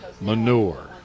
manure